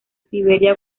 siberia